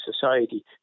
society